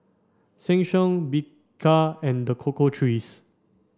Sheng Siong Bika and The Cocoa Trees